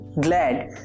glad